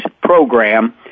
program